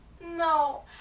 No